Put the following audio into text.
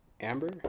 amber